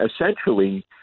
essentially